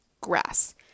grass